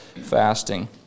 fasting